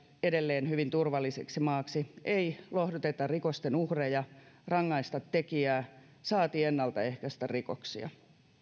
edelleen hyvin turvalliseksi maaksi ei lohduteta rikosten uhreja tai rangaista tekijää saati ennaltaehkäistä rikoksia